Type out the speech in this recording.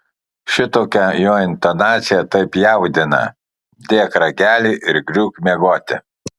šitokia jo intonacija taip jaudina dėk ragelį ir griūk miegoti